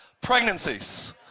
pregnancies